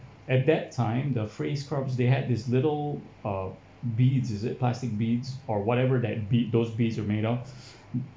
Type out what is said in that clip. at that time the face scrubs they had this little uh beads is it plastic beads or whatever that bead those beads are made of